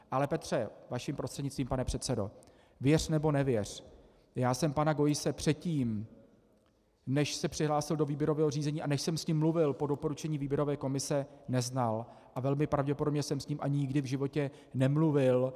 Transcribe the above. Ale Petře, vaším prostřednictvím, pane předsedo, věř nebo nevěř, já jsem pana Geusse předtím, než se přihlásil do výběrového řízení a než jsem s ním mluvil po doporučení výběrové komise, neznal a velmi pravděpodobně jsem s ním ani nikdy v životě nemluvil.